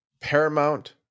paramount